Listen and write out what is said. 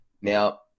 Now